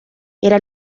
era